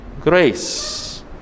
Grace